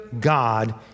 God